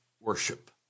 Worship